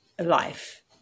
life